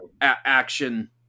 action